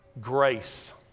Grace